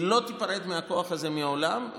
היא לא תיפרד מהכוח הזה לעולם,